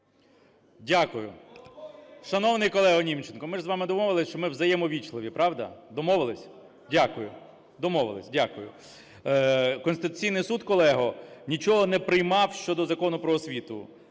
Дякую. Шановний колего Німченко, ми ж з вами домовились, що ми взаємоввічливі, правда? Домовились? Дякую. Домовились, дякую. Конституційний Суд, колего, нічого не приймав щодо Закону "Про освіту".